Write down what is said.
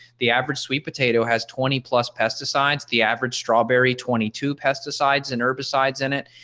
the average sweet potato has twenty plus pesticides, the average strawberry twenty two pesticides and herbicides in it.